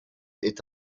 est